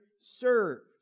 served